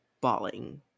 bawling